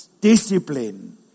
discipline